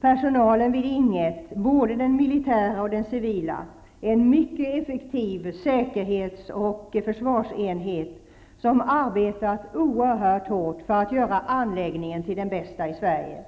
Personalen vid Ing 1, både den militära och den civila, är en mycket effektiv säkerhets och försvarsenhet, som arbetat oerhört hårt för att göra anläggningen till den bästa i Sverige.